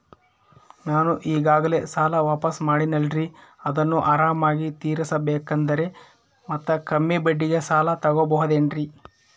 ನಾನು ಈಗಾಗಲೇ ಸಾಲ ವಾಪಾಸ್ಸು ಮಾಡಿನಲ್ರಿ ಅದನ್ನು ಆರಾಮಾಗಿ ತೇರಿಸಬೇಕಂದರೆ ಮತ್ತ ಕಮ್ಮಿ ಬಡ್ಡಿಗೆ ಸಾಲ ತಗೋಬಹುದೇನ್ರಿ?